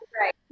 right